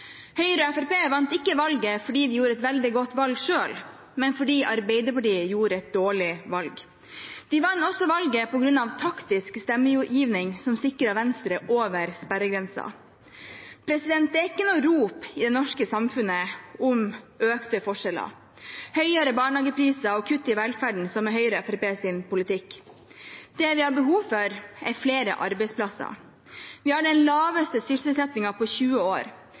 Høyre og Fremskrittspartiet vant ikke valget fordi de gjorde et veldig godt valg selv, men fordi Arbeiderpartiet gjorde et dårlig valg. De vant også valget på grunn av taktisk stemmegiving som sikret at Venstre kom over sperregrensen. Det er ikke noe rop i det norske samfunnet om økte forskjeller, høyere barnehagepriser og kutt i velferden, som er Høyre og Fremskrittspartiet sin politikk. Det vi har behov for, er flere arbeidsplasser. Vi har den laveste sysselsettingen på 20 år.